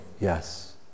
yes